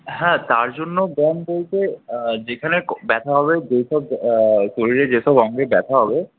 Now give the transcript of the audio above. হ্যাঁ তার জন্য ব্যায়াম বলতে যেখানে ব্যথা হবে যে সব শরীরের যেসব অঙ্গে ব্যাথা হবে